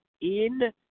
in-